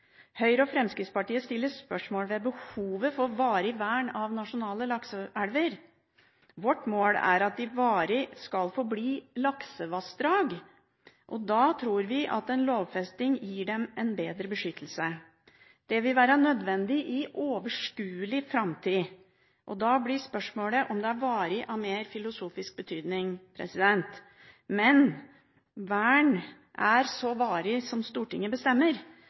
Høyre og Fremskrittspartiet stiller spørsmål ved behovet for varig vern av nasjonale lakseelver. Vårt mål er at de varig skal få bli laksevassdrag, og da tror vi at en lovfesting gir dem en bedre beskyttelse. Det vil være nødvendig i overskuelig framtid, og da blir spørsmålet om det er varig, av mer filosofisk betydning. Men vern er så varig som Stortinget bestemmer.